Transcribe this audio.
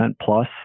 plus